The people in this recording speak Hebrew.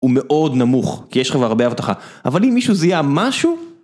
הוא מאוד נמוך, כי יש לך הרבה אבטחה, אבל אם מישהו זיהה משהו...